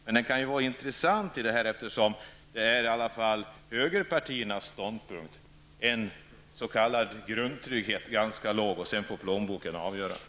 Det här är ju ganska intressant, eftersom högerpartiernas ståndpunkt ju är den att grundtryggheten skall vara ganska låg, så att plånboken sedan får avgöra.